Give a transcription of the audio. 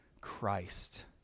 Christ